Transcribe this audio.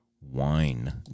wine